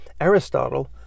Aristotle